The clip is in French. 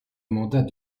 mandat